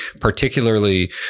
particularly